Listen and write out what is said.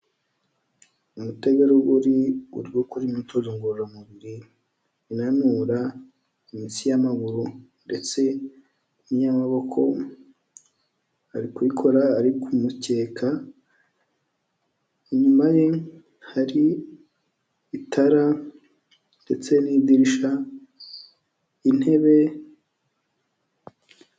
Umutegarugori uri gukora imyituzo ngororamubiri, winanura imitsi y'amaguru, ndetse n'iy'amaboko ari kubikora, ari ku mukeka, inyuma ye hari itara ndetse n'idirisha n'intebe.